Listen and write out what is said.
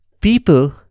People